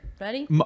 ready